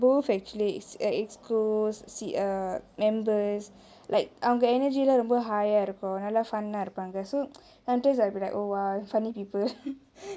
both actually executive committee err members like அவங்கே:avengae energy லா ரொம்ப:laa romba high யா இருக்கு நல்ல:yaa irukku nalla fun னா இருப்பாங்கே:na irupangae so sometimes I'll be like oh !wow! funny people